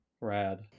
Rad